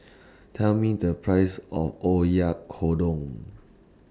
Tell Me The Price of Oyakodon